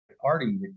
Party